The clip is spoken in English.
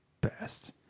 best